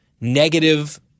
negative